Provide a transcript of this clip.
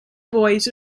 boys